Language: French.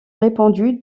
répandu